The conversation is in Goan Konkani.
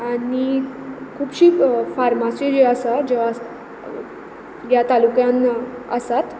आनी खुबशी फार्मासी ज्यो आसात ज्यो आसा ह्या तालुक्यांत आसात